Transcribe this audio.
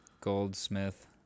Goldsmith